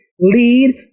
lead